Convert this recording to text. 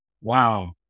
wow